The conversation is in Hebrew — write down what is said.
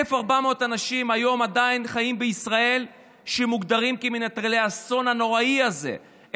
1,400 אנשים היום עדיין חיים בישראל ומוגדרים כמנטרלי האסון הנוראי הזה,